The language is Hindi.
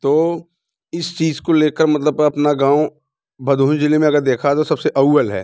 तो इस चीज़ को लेकर मतलब अपना गाँव भदोही जिले में अगर देखा तो सबसे अव्वल है